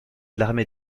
l’armée